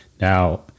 Now